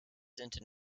into